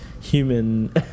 human